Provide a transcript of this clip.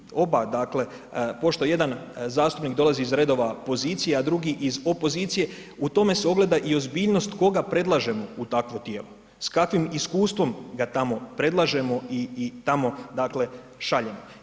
Pošto i oba dakle, pošto jedan zastupnik dolazi iz redova pozicije, a drugi iz opozicije, u tome se ogleda i ozbiljnost koga predlažemo u takvo tijelo, s kakvim iskustvom ga tamo predlažemo i tamo dakle šaljemo.